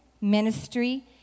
ministry